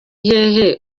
hehe